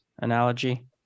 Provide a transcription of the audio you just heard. analogy